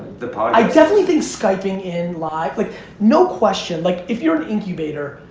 i definitely think skyping in live, like no question, like if you're an incubator,